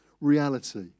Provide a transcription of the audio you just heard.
reality